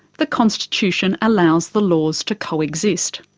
the constitution allows the laws to coexist.